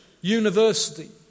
university